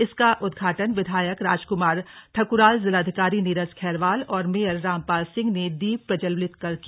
इसका उद्घाटन विधायक राजकुमार ठकुराल जिलाधिकारी नीरज खैरवाल और मेयर रामपाल सिंह ने दीप प्रज्वलित कर किया